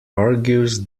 argues